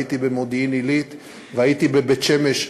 הייתי במודיעין-עילית והייתי בבית-שמש,